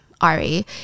Ari